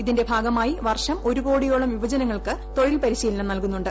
ഇതിന്റെ ഭാഗമായി വർഷം ഒരു കോടിയോളം യുവജനങ്ങൾക്ക് തൊഴിൽ പരിശീലനം നൽകുന്നുണ്ട്